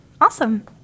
Awesome